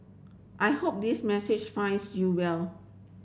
I hope this message finds you well